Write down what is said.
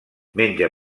menja